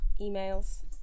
emails